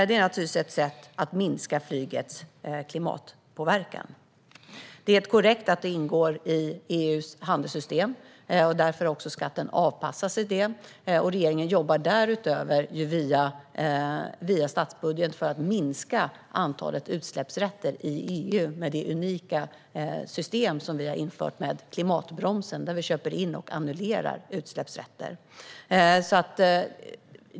Det är naturligtvis ett sätt att minska flygets klimatpåverkan. Det är korrekt att skatten ingår i EU:s utsläppshandelssystem. Därför har skatten avpassats till det. Regeringen jobbar därutöver via statsbudgeten för att minska antalet utsläppsrätter i EU med det unika system som har införts med klimatbromsen - vi köper in och annullerar utsläppsrätter.